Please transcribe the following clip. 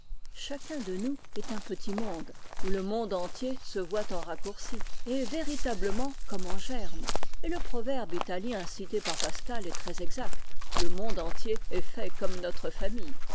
chacun de nous est un petit monde où le monde entier se voit en raccourci et est véritablement comme en germe et le proverbe italien cité par pascal est très exact le monde entier est fait comme notre famille